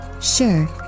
Sure